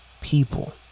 people